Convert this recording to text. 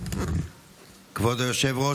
כבוד היושב-ראש,